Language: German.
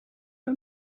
der